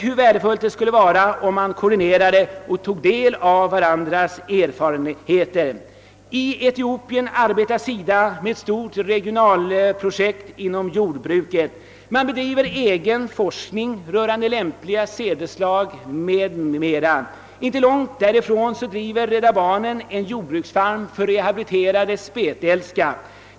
Hur värdefullt skulle det inte vara att koordinera och ta del av varandras erfarenheter! I Etiopien arbetar SIDA med ett stort regionalt projekt inom jordbruket. Det bedrivs egen forskning rörande lämpliga sädesslag m.m. Inte långt därifrån driver Rädda barnen en jordbruksfarm för rehabiliterade spetälska.